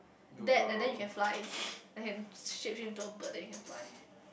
that and then you can fly I can shape shift into a bird and then can fly